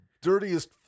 Dirtiest